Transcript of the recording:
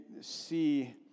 see